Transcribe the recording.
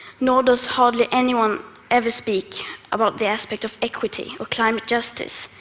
nor does hardly anyone ever speak about the aspect of equity or climate justice,